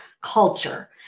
culture